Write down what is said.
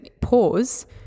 pause